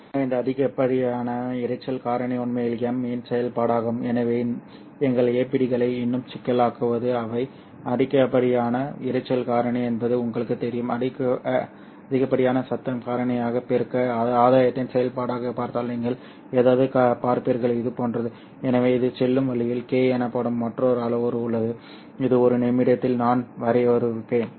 எனவே இந்த அதிகப்படியான இரைச்சல் காரணி உண்மையில் M இன் செயல்பாடாகும் எனவே எங்கள் APDகளை இன்னும் சிக்கலாக்குவது அவை அதிகப்படியான இரைச்சல் காரணி என்பது உங்களுக்குத் தெரியும் அதிகப்படியான சத்தம் காரணியை பெருக்க ஆதாயத்தின் செயல்பாடாகப் பார்த்தால் நீங்கள் ஏதாவது பார்ப்பீர்கள் இது போன்றது எனவே இது செல்லும் வழியில் k எனப்படும் மற்றொரு அளவுரு உள்ளது இது ஒரு நிமிடத்தில் நான் வரையறுப்பேன்